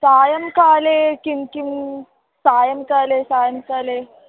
सायंकाले किं किं सायंकाले सायंकाले